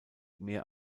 mehr